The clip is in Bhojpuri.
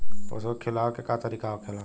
पशुओं के खिलावे के का तरीका होखेला?